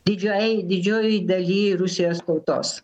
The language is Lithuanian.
didžiai didžiojoj daly rusijos tautos